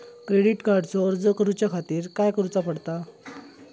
Credit कार्डचो अर्ज करुच्या खातीर काय करूचा पडता?